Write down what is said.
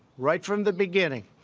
right from the beginning,